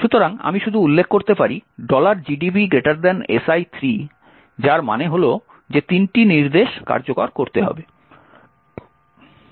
সুতরাং আমি শুধু উল্লেখ করতে পারি gdbsi 3 যার মানে হল যে 3টি নির্দেশ কার্যকর করতে হবে